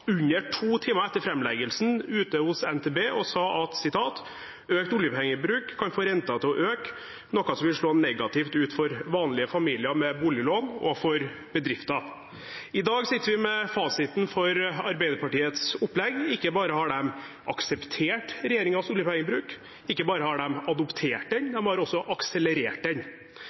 under to timer etter framleggelsen, ute hos NTB og sa: «Økt oljepengebruk kan få renten til å øke, noe som vil slå negativt ut for vanlige familier med boliglån og for bedrifter.» I dag sitter vi med fasiten for Arbeiderpartiets opplegg. Ikke bare har de akseptert regjeringens oljepengebruk, ikke bare har de adoptert den, men de har også akselerert den.